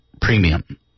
premium